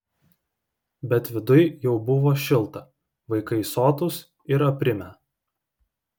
bet viduj jau buvo šilta vaikai sotūs ir aprimę